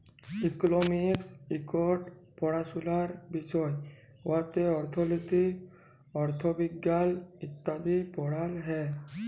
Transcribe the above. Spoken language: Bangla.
ইকলমিক্স ইকট পাড়াশলার বিষয় উয়াতে অথ্থলিতি, অথ্থবিজ্ঞাল ইত্যাদি পড়াল হ্যয়